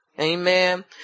Amen